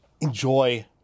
enjoy